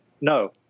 No